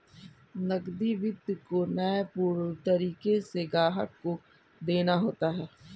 नकदी वित्त को न्यायपूर्ण तरीके से ग्राहक को देना होता है